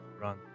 run